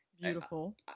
beautiful